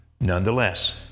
nonetheless